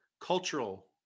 cultural